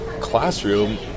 classroom